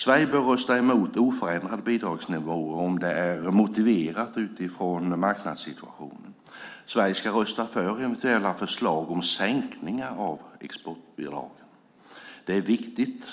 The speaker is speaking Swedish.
Sverige bör rösta emot oförändrade bidragsnivåer om det är motiverat utifrån marknadssituationen. Sverige ska rösta för eventuella förslag om sänkningar av exportbidragen. Det är viktigt